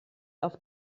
auf